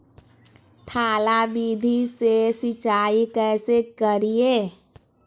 थाला विधि से सिंचाई कैसे करीये?